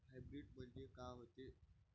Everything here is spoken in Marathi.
हाइब्रीड म्हनजे का होते?